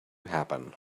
happen